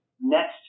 next